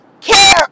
care